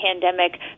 pandemic